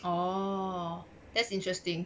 oh that's interesting